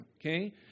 Okay